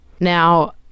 Now